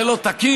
זה לא תקין,